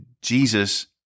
Jesus